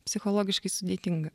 psichologiškai sudėtinga